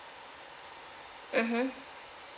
mmhmm